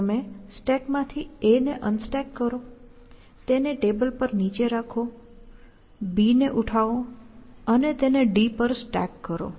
તમે સ્ટેકમાંથી A ને અનસ્ટેક કરો તેને ટેબલ પર નીચે રાખો B ને ઉઠાવો અને તેને D પર સ્ટેક કરો